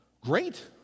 great